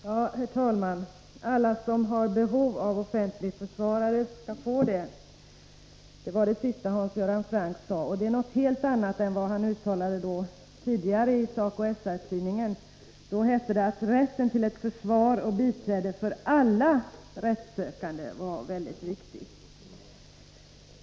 Herr talman! Den som har ett verkligt behov av en offentlig försvarare skall också få denna förmån, var det sista som Hans Göran Franck sade i sitt anförande. Det är något helt annat än vad han uttalade i SACO/SR tidningen. Då hette det att rätten till ett försvar och biträde för alla rättssökande var mycket viktig.